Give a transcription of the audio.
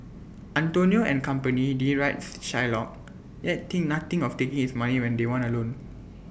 Antonio and company derides Shylock yet think nothing of taking his money when they want A loan